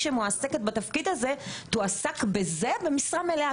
שמועסקת בתפקיד הזה תועסק בזה במשרה מלאה.